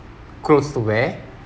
clothes to wear